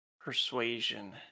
Persuasion